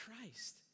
Christ